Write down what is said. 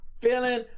feeling